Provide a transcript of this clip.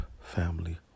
family